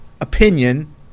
opinion